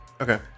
Okay